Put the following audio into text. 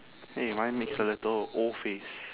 !hey! mine makes a little O face